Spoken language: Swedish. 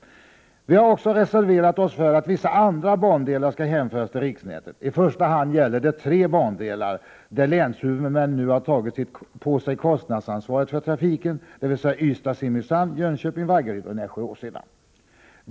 Vi har också reserverat oss för att vissa andra bandelar skall hänföras till riksnätet. I första hand gäller det tre bandelar där länshuvudmännen nu har tagit på sig kostnadsansvaret för trafiken, dvs. Ystad-Simrishamn, Jönköping-Vaggeryd och Nässjö-Åseda.